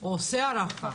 או עושה הערכה.